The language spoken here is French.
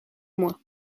moi